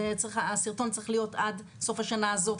הסרטון צריך להיות עד סוף השנה הזאת,